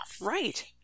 Right